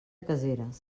caseres